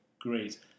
great